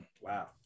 Wow